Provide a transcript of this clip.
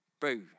boo